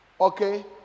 okay